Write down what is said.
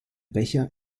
becher